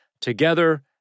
Together